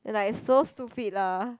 like so stupid lah